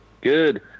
Good